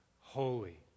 holy